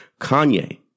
Kanye